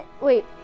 Wait